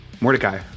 Mordecai